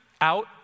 out